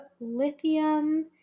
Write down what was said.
lithium